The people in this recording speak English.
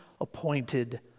appointed